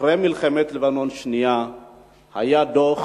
אחרי מלחמת לבנון השנייה נכתב דוח